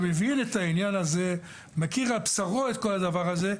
שמבין את העניין הזה ומכיר על בשרו את כל הדבר הזה,